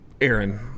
Aaron